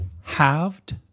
halved